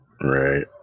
Right